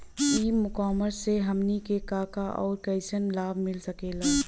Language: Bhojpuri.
ई कॉमर्स से हमनी के का का अउर कइसन लाभ मिल सकेला?